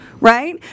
Right